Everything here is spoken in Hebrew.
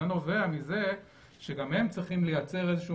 זה נובע מזה שגם הם צריכים לייצר איזשהו